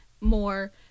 more